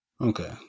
Okay